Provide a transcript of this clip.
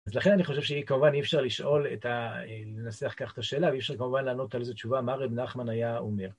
אז לכן אני חושב שכמובן אי אפשר לשאול, לנסח כך את השאלה ואי אפשר כמובן לענות על איזו תשובה, מה רב נחמן היה אומר.